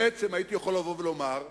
בעצם יכולתי לבוא ולומר,